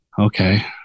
okay